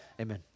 amen